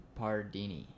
Pardini